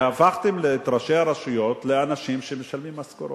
הפכתם את ראשי הרשויות לאנשים שמשלמים משכורות.